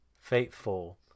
Faithful